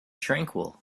tranquil